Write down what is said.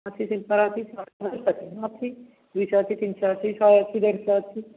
ଅଛି ସ୍ଲିପର୍ ଅଛି ଶହେ ଟଙ୍କାରୁ ଅଧିକ ଅଛି ଦୁଇଶହ ଅଛି ତିନିଶହ ଅଛି ଶହେ ଅଛି ଦେଢ଼ଶହ ଅଛି